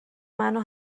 منو